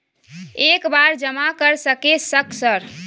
एक बार जमा कर सके सक सर?